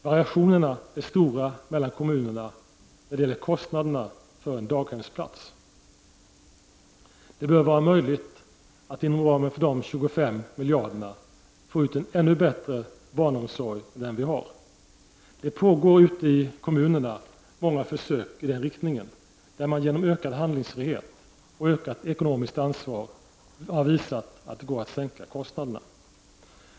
Variationerna är stora mellan kommunerna när det gäller kostnaderna för en daghemsplats. Det bör vara möjligt att inom ramen för de 25 miljarderna få ut en ännu bättre barnomsorg än den vi har. Det pågår ute i kommunerna många försök i den riktningen, där man genom ökad handlingsfrihet och ökat ekonomiskt ansvar visat att det går att sänka kostnaderna.